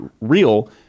real